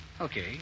Okay